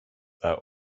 are